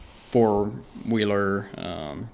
four-wheeler